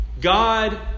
God